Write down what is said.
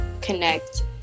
connect